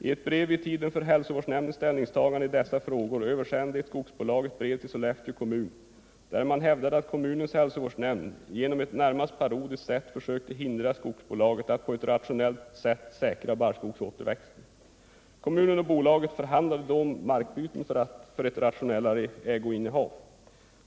I ett brev vid tiden för hälsovårdsnämndens ställningstagande i dessa frågor översände ett skogsbolag ett brev till Sollefteå kommun, i vilket man hävdade att kommunens hälsovårdsnämnd på ett närmast parodiskt sätt försökte hindra skogsbolaget att på ett rationellt sätt säkra barrskogsåterväxten. Kommunen och bolaget förhandlade då om markbyten för att åstadkomma ett rationellare ägoinnehav.